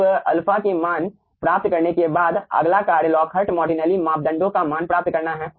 अब अल्फा के मान प्राप्त करने के बाद अगला कार्य लॉकहार्ट मार्टिनेली मापदंडों का मान प्राप्त करना है